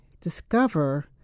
discover